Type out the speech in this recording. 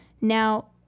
Now